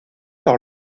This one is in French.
par